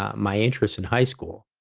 ah my interest in high school.